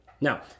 Now